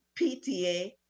PTA